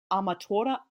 amatora